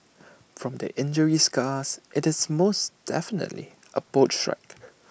from the injury scars IT is most definitely A boat strike